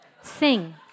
Sing